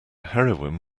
heroin